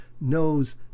knows